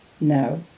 no